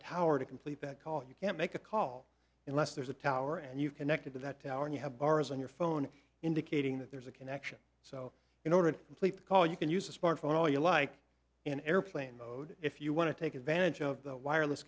tower to complete that call you can make a call in less there's a tower and you connected to that tower and you have bars on your phone indicating that there's a connection so in order to complete the call you can use a smart phone all you like in airplane mode if you want to take advantage of the wireless